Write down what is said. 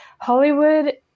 Hollywood